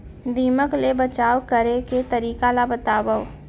दीमक ले बचाव करे के तरीका ला बतावव?